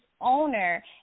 owner